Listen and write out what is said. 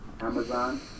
Amazon